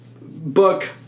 book